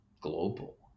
global